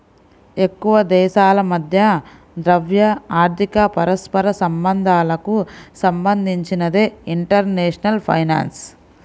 ఎక్కువదేశాల మధ్య ద్రవ్య, ఆర్థిక పరస్పర సంబంధాలకు సంబంధించినదే ఇంటర్నేషనల్ ఫైనాన్స్